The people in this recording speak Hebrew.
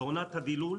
בעונת הדילול